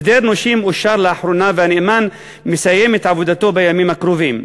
הסדר נושים אושר לאחרונה והנאמן מסיים את עבודתו בימים הקרובים.